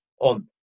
on